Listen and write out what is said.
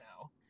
now